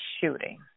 shooting